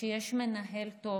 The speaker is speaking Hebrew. כשיש מנהל טוב